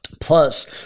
Plus